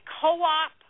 co-op